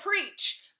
preach